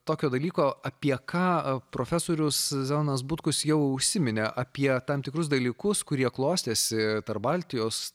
tokio dalyko apie ką profesorius zenonas butkus jau užsiminė apie tam tikrus dalykus kurie klostėsi tarp baltijos